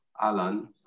Alan